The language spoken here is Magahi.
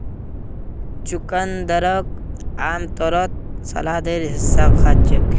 चुकंदरक आमतौरत सलादेर हिस्सा खा छेक